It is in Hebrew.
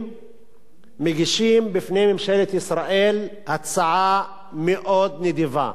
מגישים בפני ממשלת ישראל הצעה מאוד נדיבה,